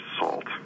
assault